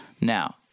now